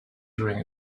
during